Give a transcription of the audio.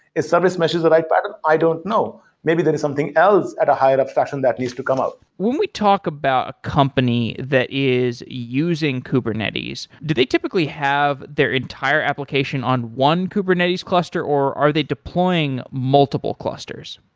is service meshes the right pattern? i don't know. maybe there is something else at a higher abstraction that needs to come out. when we talk about a company that is using kubernetes, do they typically have their entire application on one kubernetes cluster or are they deploying multiple clusters?